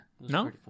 No